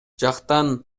жактан